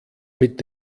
mit